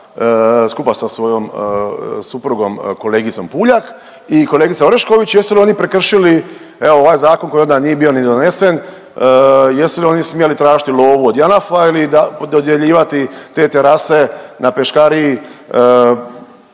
skupa sa svojom suprugom, kolegicom Puljak i kolegica Orešković jesu li oni prekršili evo ovaj zakon koji onda nije bio ni donesen. Jesu li oni smjeli tražiti lovu od JANAF-a, dodjeljivati te terase na Peškariji